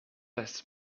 has